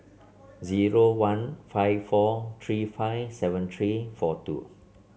zero one five four three five seven three four two